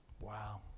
wow